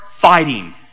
fighting